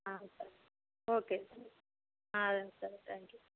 సరే ఓకే సరే thank you